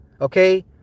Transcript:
Okay